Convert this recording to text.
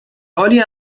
حالی